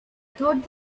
thought